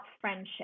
friendship